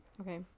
Okay